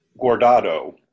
Gordado